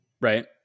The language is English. right